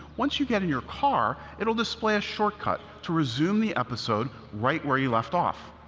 once you get in your car, it will display a shortcut to resume the episode right where you left off.